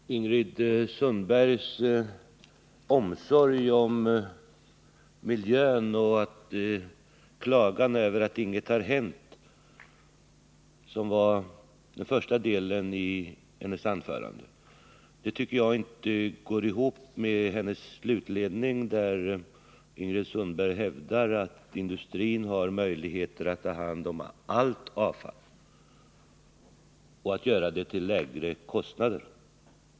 Herr talman! Ingrid Sundbergs omsorg om miljön och klagan över att inget har hänt, som första delen av hennes anförande ägnades åt, tycker jag inte går ihop med hennes slutledning, där hon hävdar att industrin har möjligheter att ta hand om allt avfall — och göra det till lägre kostnader.